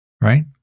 right